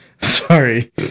Sorry